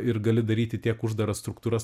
ir gali daryti tiek uždaras struktūras